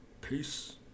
Peace